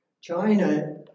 China